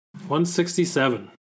167